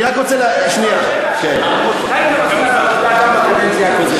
גם בקדנציה הקודמת.